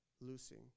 losing